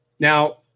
Now